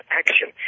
action